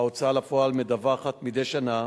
ההוצאה לפועל מדווחת מדי שנה